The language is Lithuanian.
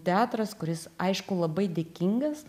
teatras kuris aišku labai dėkingas